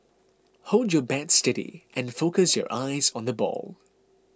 hold your bat steady and focus your eyes on the ball